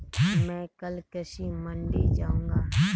मैं कल कृषि मंडी जाऊँगा